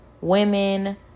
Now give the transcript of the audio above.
women